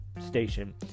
station